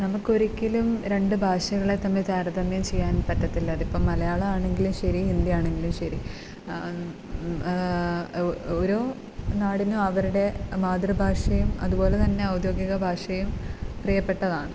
നമുക്കൊരിക്കലും രണ്ടു ഭാഷകളെ തമ്മിൽ താരതമ്യം ചെയ്യാൻ പറ്റത്തില്ല അതിപ്പം മലയാളമാണെങ്കിലും ശരി ഹിന്ദിയാണെങ്കിലും ശരി ഓരോ നാടിനും അവരുടെ മാതൃഭാഷയും അതുപോലെ തന്നെ ഔദ്യോഗിക ഭാഷയും പ്രിയപ്പെട്ടതാണ്